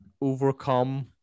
overcome